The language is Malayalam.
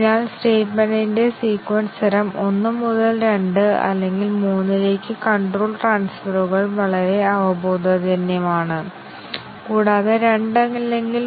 അതിനാൽ ഞങ്ങൾക്ക് പത്ത് ബേസിക് കണ്ടിഷൻ ഉണ്ടെങ്കിൽ ഒന്നിലധികം കണ്ടീഷൻ കവറേജ് നേടുന്നതിന് ഞങ്ങൾക്ക് ആയിരം ടെസ്റ്റ് കേസുകൾ ആവശ്യമാണ്